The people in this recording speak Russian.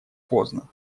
поздно